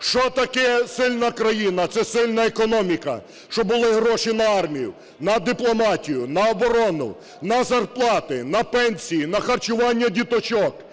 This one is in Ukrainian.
Що таке сильна країна? Це сильна економіка, щоб були гроші на армію, на дипломатію, на оборону, на зарплати, на пенсії, на харчування діточок,